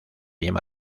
yema